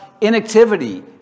inactivity